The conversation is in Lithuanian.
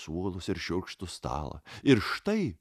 suolus ir šiurkštų stalą ir štai